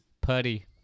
Putty